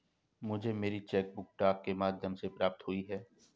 मुझे मेरी cheque book डाक के माध्यम से प्राप्त हुई है